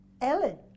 Ellen